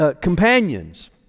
companions